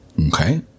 Okay